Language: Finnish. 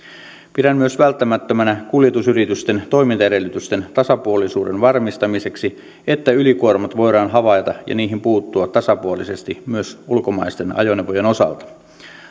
pidän myös välttämättömänä kuljetusyritysten toimintaedellytysten tasapuolisuuden varmistamiseksi että ylikuormat voidaan havaita ja niihin puuttua tasapuolisesti myös ulkomaisten ajoneuvojen osalta